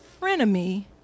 frenemy